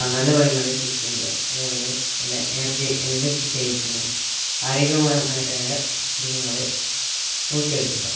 നല്ല മൃഗങ്ങളെ ചൂസ് ചെയ്യുക അതേപോലെ നല്ല എനർജെറ്റിക്ക് ആയിരിക്കുന്ന ആരോഗ്യമാരായ മൃഗങ്ങള നോക്കിയെടുക്കുക